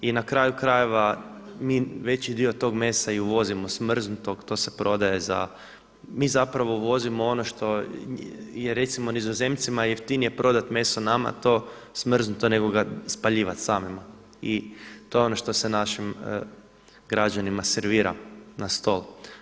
I na kraju krajeva mi veći dio tog mesa i uvozimo, smrznutog to se prodaje, mi zapravo uvozimo ono što je recimo Nizozemcima jeftine prodati meso nama to smrznuto nego ga spaljivat samima i to je ono što se našim građanima servira na stol.